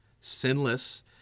sinless